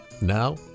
now